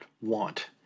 want